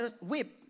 Whip